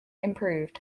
improved